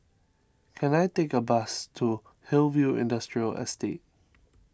can I take a bus to Hillview Industrial Estate